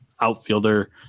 outfielder